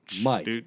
Mike